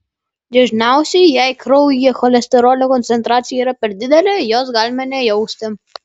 dažniausiai jei kraujyje cholesterolio koncentracija yra per didelė jos galime nejausti